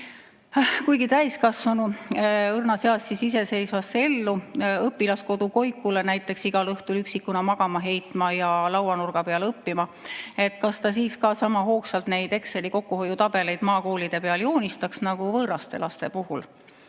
kuigi täiskasvanu – iseseisvasse ellu, õpilaskodu koikule igal õhtul üksikuna magama heitma ja lauanurga peal õppima, kas ta siis ka sama hoogsalt neid Exceli kokkuhoiutabeleid maakoolide peal joonistaks nagu võõraste laste puhul?